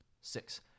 Six